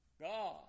God